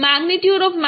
Z AX